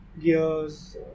gears